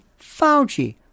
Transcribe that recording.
Fauci